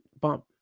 bump